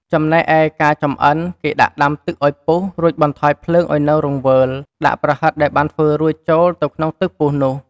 ចំណែកឯ ការចំអិន គេដាក់ដាំទឹកឱ្យពុះ រួចបន្ថយភ្លើងឱ្យនៅរង្វើល។ ដាក់ប្រហិតដែលបានធ្វើរួចចូលទៅក្នុងទឹកពុះនោះ។